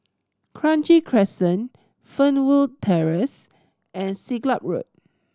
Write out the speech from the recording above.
Kranji Crescent Fernwood Terrace and Siglap Road